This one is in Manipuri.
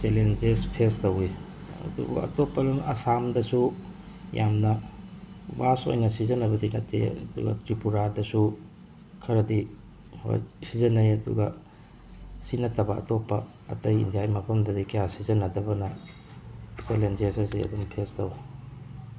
ꯆꯦꯂꯦꯟꯖꯦꯖ ꯐꯦꯁ ꯇꯧꯏ ꯑꯗꯨꯒ ꯑꯇꯣꯞꯄ ꯂꯝ ꯑꯁꯥꯝꯗꯁꯨ ꯌꯥꯝꯅ ꯚꯥꯁ ꯑꯣꯏꯅ ꯁꯤꯖꯤꯟꯅꯕꯗꯤ ꯅꯠꯇꯦ ꯑꯗꯨꯒ ꯇ꯭ꯔꯤꯄꯨꯔꯥꯗꯁꯨ ꯈꯔꯗꯤ ꯍꯣꯏ ꯁꯤꯖꯤꯟꯅꯩ ꯑꯗꯨꯒ ꯁꯤ ꯅꯠꯇꯕ ꯑꯇꯣꯞꯄ ꯑꯇꯩ ꯏꯟꯗꯤꯌꯥꯒꯤ ꯃꯐꯝꯗꯗꯤ ꯀꯌꯥ ꯁꯤꯖꯤꯟꯅꯗꯕꯅ ꯆꯦꯂꯦꯟꯖꯦꯖ ꯑꯁꯤ ꯑꯗꯨꯝ ꯐꯦꯁ ꯇꯧꯏ